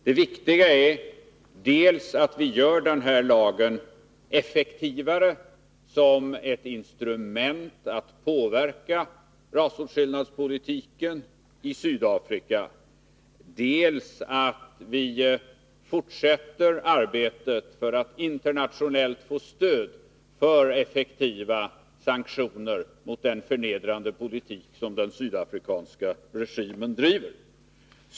Det väsentliga är dels att vi gör denna lag effektivare som ett instrument för att påverka rasåtskillnadspolitiken i Sydafrika, dels att vi fortsätter arbetet för att internationellt få stöd för effektiva sanktioner mot den förnedrande politik som den sydafrikanska regimen bedriver.